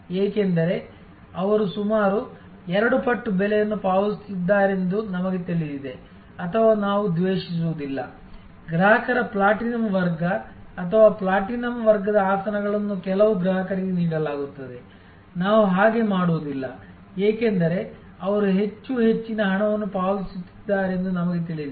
ಏಕೆಂದರೆ ಅವರು ಸುಮಾರು ಎರಡು ಪಟ್ಟು ಬೆಲೆಯನ್ನು ಪಾವತಿಸುತ್ತಿದ್ದಾರೆಂದು ನಮಗೆ ತಿಳಿದಿದೆ ಅಥವಾ ನಾವು ದ್ವೇಷಿಸುವುದಿಲ್ಲ ಗ್ರಾಹಕರ ಪ್ಲಾಟಿನಂ ವರ್ಗ ಅಥವಾ ಪ್ಲಾಟಿನಂ ವರ್ಗದ ಆಸನಗಳನ್ನು ಕೆಲವು ಗ್ರಾಹಕರಿಗೆ ನೀಡಲಾಗುತ್ತದೆ ನಾವು ಹಾಗೆ ಮಾಡುವುದಿಲ್ಲ ಏಕೆಂದರೆ ಅವರು ಹೆಚ್ಚು ಹೆಚ್ಚಿನ ಹಣವನ್ನು ಪಾವತಿಸುತ್ತಿದ್ದಾರೆಂದು ನಮಗೆ ತಿಳಿದಿದೆ